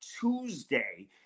Tuesday